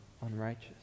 unrighteous